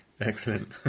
Excellent